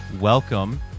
Welcome